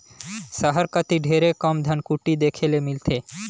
सहर कती ढेरे कम धनकुट्टी देखे ले मिलथे